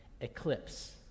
eclipse